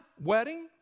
wedding